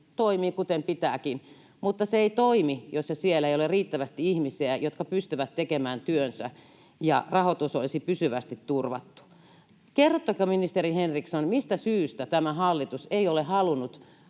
toimi kuten pitääkin, mutta se ei toimi, jos siellä ei ole riittävästi ihmisiä, jotka pystyvät tekemään työnsä ja rahoitus olisi pysyvästi turvattu. Kerrotteko, ministeri Henriksson, mistä syystä tämä hallitus ei ole halunnut